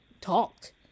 talked